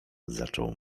zaczął